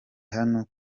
hano